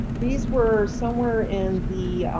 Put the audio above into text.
these were somewhere in the